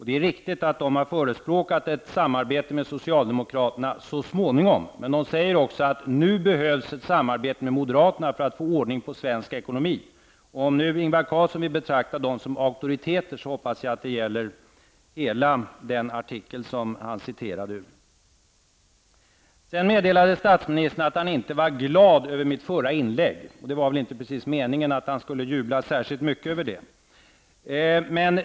Det är riktigt att de har förespråkat ett samarbete med socialdemokraterna så småningom. Men de säger också att det nu behövs ett samarbete med moderaterna för att få ordning på svensk ekonomi. Om Ingvar Carlsson vill betrakta dem som auktoriteter, hoppas jag att det gäller hela den artikel som han citerade ur. Statsministern meddelade att han inte var glad över mitt förra inlägg. Det var väl inte meningen att han skulle jubla särskilt mycket över det.